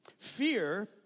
Fear